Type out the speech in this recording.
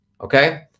Okay